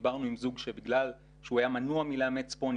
דיברנו עם זוג שבגלל שהיה מנוע מלאמץ פה,